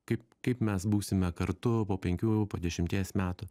kaip kaip mes būsime kartu po penkių po dešimties metų